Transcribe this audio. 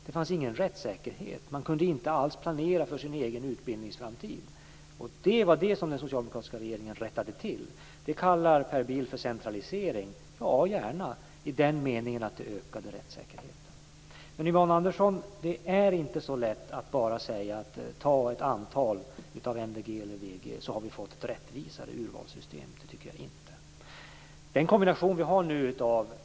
Det fanns ingen rättssäkerhet. Man kunde inte alls planera för sin egen utbildningsframtid. Det var det som den socialdemokratiska regeringen rättade till. Det kallar Per Bill för centralisering. Ja, gärna - i den meningen att det ökade rättssäkerheten. Det är inte så lätt, Yvonne Andersson, att man bara kan säga att man ska anta ett antal sökande med MVG eller VG och att man på det sättet har fått ett rättvisare urvalssystem. Det tycker jag inte.